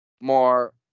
more